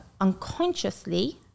unconsciously